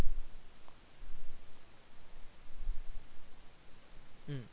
mm